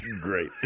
Great